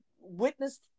witnessed